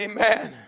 Amen